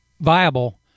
viable